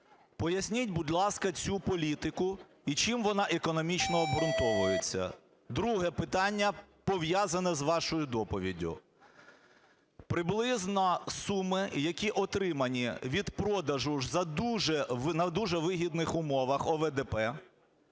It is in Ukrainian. Поясніть, будь ласка, цю політику і чим вона економічно обґрунтовується? Друге питання, пов'язане з вашою доповіддю. Приблизно суми, які отримані від продажу за дуже… на дуже вигідних умовах ОВДП,